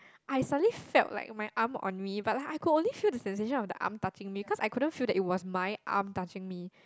I suddenly felt like my arm on me but like I could only feel the sensation of the arm touching me cause I couldn't feel that it was my arm touching me